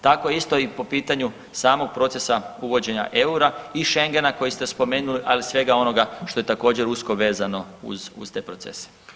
Tako isto i po pitanju samog procesa uvođenja eura i Schengena koji ste spomenuli, ali i svega onoga što je također usko vezano uz te procese.